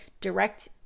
direct